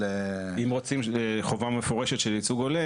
--- אם רוצים חובה מפורשת של ייצוג הולם,